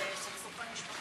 אני מאוד שמח.